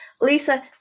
Lisa